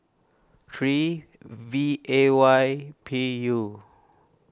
three V A Y P U